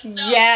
Yes